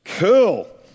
Cool